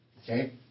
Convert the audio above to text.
Okay